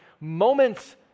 moments